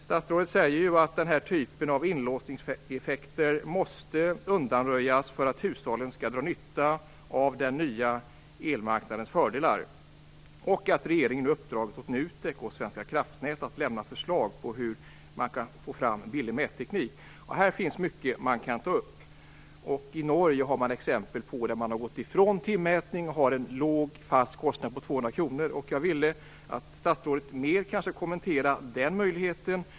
Statsrådet säger att denna typ av inlåsningseffekter måste undanröjas för att hushållen skall kunna dra nytta av den nya elmarknadens fördelar. Han säger också att regeringen nu uppdragit åt NUTEK och Svenska Kraftnät att lämna förslag på hur man kan få fram billig mätteknik. Här finns mycket som man kan ta upp. I Norge finns exempel på att man har gått ifrån timmätning och har en låg, fast kostnad på 200 kr. Jag skulle vilja att statsrådet ytterligare kommenterar den möjligheten.